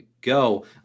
go